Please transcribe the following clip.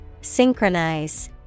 Synchronize